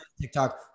TikTok